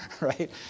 right